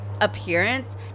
appearance